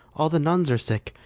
all the nuns are sick,